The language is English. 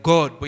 God